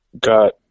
got